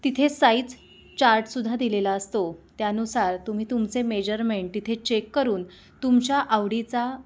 तिथे साईज चार्टसुद्धा दिलेला असतो त्यानुसार तुम्ही तुमचे मेजरमेंट तिथे चेक करून तुमच्या आवडीचा